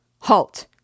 Halt